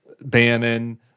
Bannon